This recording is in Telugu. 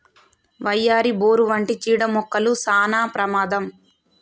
వయ్యారి, బోరు వంటి చీడ మొక్కలు సానా ప్రమాదం